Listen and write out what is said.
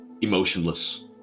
emotionless